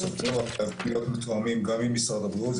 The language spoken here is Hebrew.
הם בסופו של דבר חייבים להיות מתואמים גם עם משרד הבריאות.